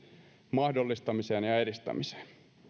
mahdollistamiseen ja ja edistämiseen